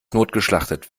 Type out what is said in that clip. notgeschlachtet